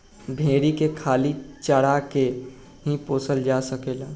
भेरी के खाली चारा के ही पोसल जा सकेला